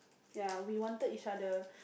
ya we wanted each other